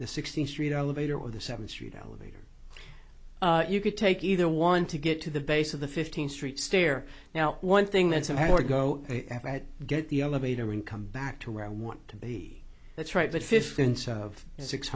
the sixteenth street elevator or the seventh street elevator you could take either one to get to the base of the fifteenth street stare now one thing that somehow or go get the elevator and come back to where i want to be that's right but fifth inside of six